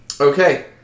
Okay